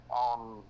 on